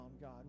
God